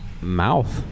mouth